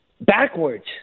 backwards